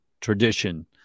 tradition